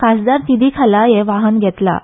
खासदारा निधी खाला हें वाहन घेतलां